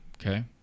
okay